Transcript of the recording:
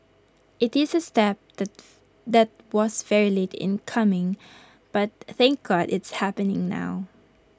IT is A step that was very late in coming but thank God it's happening now